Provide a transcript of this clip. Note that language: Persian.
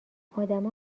آدما